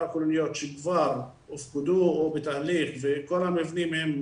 הכוללניות שכבר הופקדו או בתהליך וכל המבנים הם,